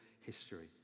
history